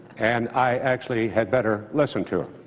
and i actually had better listen to it.